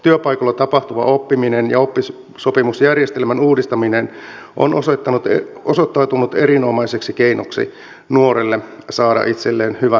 työpaikoilla tapahtuva oppiminen ja oppisopimusjärjestelmän uudistaminen on osoittautunut erinomaiseksi keinoksi nuorelle saada itselleen hyvä ammatti